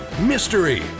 mystery